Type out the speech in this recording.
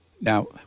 now